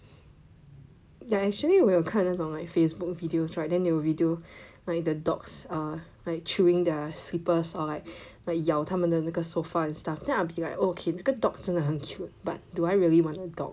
ya actually 我有看那种 like Facebook videos right then they will video the dogs are like chewing their slippers or like 咬他们的那个 sofa and stuff then I'm like ok 这个 dog 真的很 cute but do I really want a dog